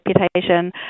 reputation